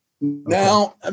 Now